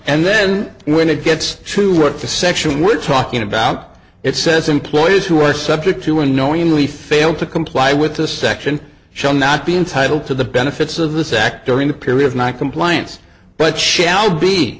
and then when it gets to work the section we're talking about it says employees who are subject to unknowingly fail to comply with this section shall not be entitled to the benefits of the sec during the period not compliance but shall be